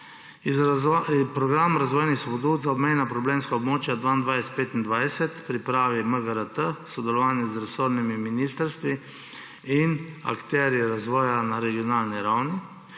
Program razvojnih spodbud za obmejna problemska območja 2022–2025 pripravi MGRT v sodelovanju z resornimi ministrstvi in akterji razvoja na regionalni ravni.